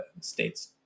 states